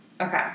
Okay